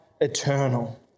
eternal